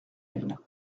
elles